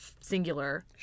singular